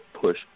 push